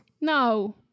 No